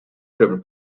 club